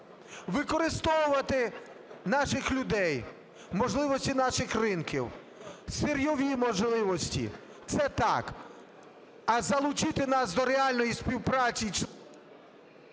Використовувати наших людей, можливості наших ринків, сирйові можливості – це так, а залучити нас до реальної співпраці…